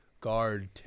Guard